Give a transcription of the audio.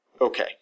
okay